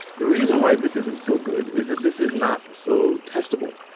the reason why this isn't so good is that this is not so testable,